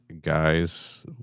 guys